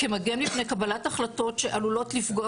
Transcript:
כמגן מפני קבלת החלטות שעלולות לפגוע